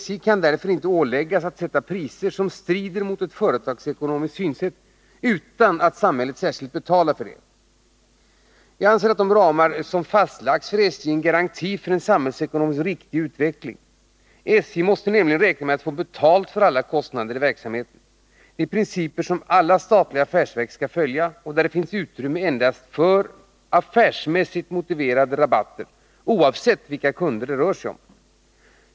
SJ kan därför inte åläggas att sätta priser som strider mot ett företagsekonomiskt synsätt utan att samhället särskilt betalar för detta. Jag anser att de ramar som fastlagts för SJ är en garanti för en samhällsekonomiskt riktig utveckling. SJ måste nämligen räkna med att få betalt för alla kostnader i verksamheten. Det är principer som alla statliga affärsverk skall följa och där det finns utrymme endast för affärsmässigt motiverade rabatter, oavsett vilka kunder det rör sig om.